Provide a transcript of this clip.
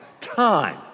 time